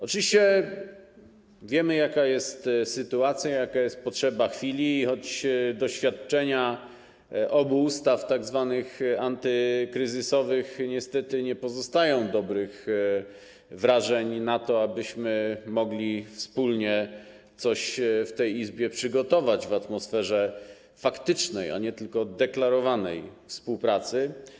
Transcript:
Oczywiście wiemy, jaka jest sytuacja, jaka jest potrzeba chwili, choć doświadczenia obu ustaw, tzw. antykryzysowych, niestety nie pozostawiają dobrych wrażeń, nadziei na to, abyśmy mogli wspólnie coś w tej Izbie przygotować w atmosferze faktycznej, a nie tylko deklarowanej współpracy.